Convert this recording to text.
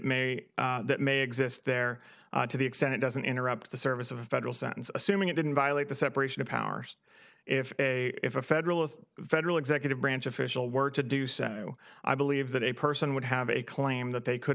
that may exist there to the extent it doesn't interrupt the service of a federal sentence assuming it didn't violate the separation of powers if a if a federalist federal executive branch official work to do so i believe that a person would have a claim that they could